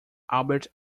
albert